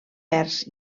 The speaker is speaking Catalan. vers